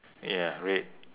ya red